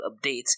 updates